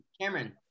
Cameron